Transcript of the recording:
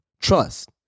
Trust